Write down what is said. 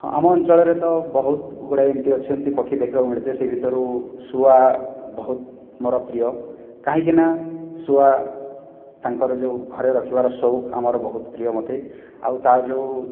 ହଁ ଆମ ଅଞ୍ଚଳରେ ତ ବହୁତଗୁଡ଼ିଏ ଏମିତି ଅଛନ୍ତି ପକ୍ଷୀ ଦେଖିବାକୁ ମିଳିଥାଏ ସେହି ଭିତରୁ ଶୁଆ ବହୁତ ମୋର ପ୍ରିୟ କାହିଁକିନା ଶୁଆ ତାଙ୍କର ଯେଉଁ ଘରେ ରଖିବାର ସଉକ ଆମର ବହୁତ ପ୍ରିୟ ମୋତେ ଆଉ ତା'ର ଯେଉଁ